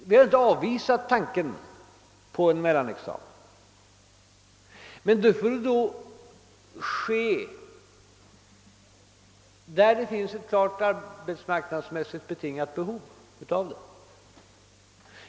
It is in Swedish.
Vi har inte avvisat tanken på en mellanexamen, men denna får i så fall införas där det finns ett klart arbetsmarknadsmässigt betingat behov.